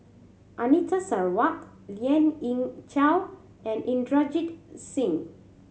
Anita Sarawak Lien Ying Chow and Inderjit Singh